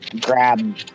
grab